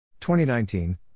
2019